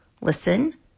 Listen